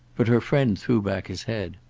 but her friend threw back his head.